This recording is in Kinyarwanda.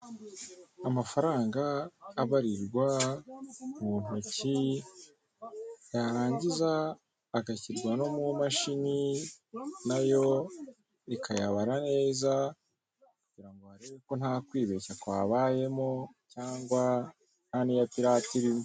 Inyubako y'itaje igeretse hejuru, irimo ibirahure by'ubururu, hasi harimo imodoka irimo mu hantu hubakiye harimo ibyuma, isakariye wagira ngo ni amabati, hasi hariho n'ibyatsi n'amaraba.